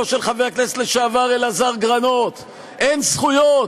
של חבר הכנסת לשעבר אלעזר גרנות אין זכויות?